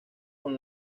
con